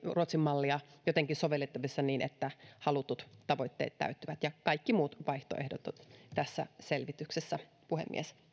ruotsin malli jotenkin sovellettavissa niin että halutut tavoitteet täyttyvät ja kaikki muut vaihtoehdot tässä selvityksessä puhemies